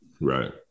right